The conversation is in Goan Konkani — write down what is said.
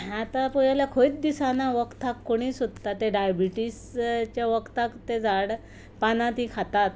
आतां पळयत जाल्यार कंयच दिसना वखदाक कोणीय सोदता तें डायबेटीसच्या वखदाक तें झाड पानां तीं खातात